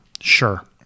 Sure